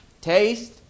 Taste